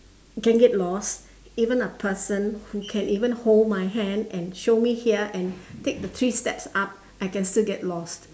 can get lost even a person who can even hold my hand and show me here and take the three steps up I can still get lost